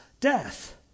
death